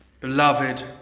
Beloved